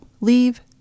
Leave